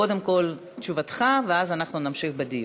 קודם כול תשובתך, ואז אנחנו נמשיך בדיון.